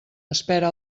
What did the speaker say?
espera